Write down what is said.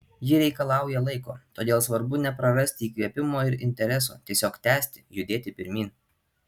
ji reikalauja laiko todėl svarbu neprarasti įkvėpimo ir intereso tiesiog tęsti judėti pirmyn